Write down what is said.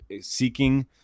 seeking